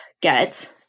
get